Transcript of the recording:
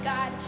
God